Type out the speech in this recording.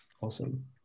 awesome